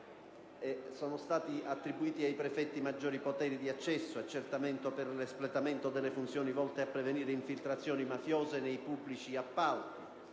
Sono stati attribuiti ai prefetti maggiori poteri di accesso e accertamento per l'espletamento delle funzioni volte a prevenire infiltrazioni mafiose nei pubblici appalti.